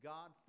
God